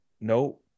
no